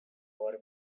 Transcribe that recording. war